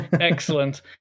excellent